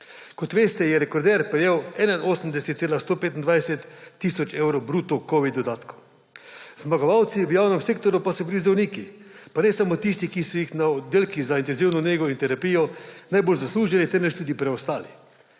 Kot veste, je rekorder prejel 81,125 tisoč evrov bruto covid dodatkov. Zmagovalci v javnem sektorju pa so bili zdravniki; pa ne samo tisti, ki so jih na oddelkih za intenzivno nego in terapijo najbolj zaslužili, temveč tudi preostali.